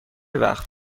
وقت